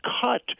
cut